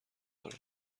داره